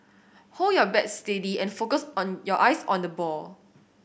hold your bat steady and focus on your eyes on the ball